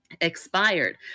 expired